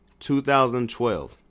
2012